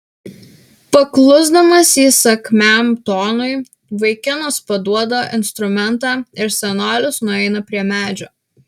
paklusdamas įsakmiam tonui vaikinas paduoda instrumentą ir senolis nueina prie medžio